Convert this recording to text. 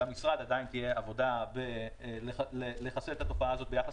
למשרד עדיין תהיה עבודה לחסל את התופעה הזאת ביחס